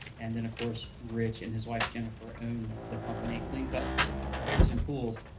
and then of course rich and his wife jennifer own the company, clean cut pavers and pools.